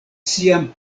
sian